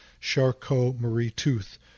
Charcot-Marie-Tooth